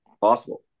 possible